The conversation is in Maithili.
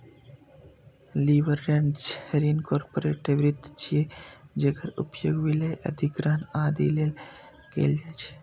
लीवरेज्ड ऋण कॉरपोरेट वित्त छियै, जेकर उपयोग विलय, अधिग्रहण, आदि लेल कैल जाइ छै